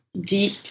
deep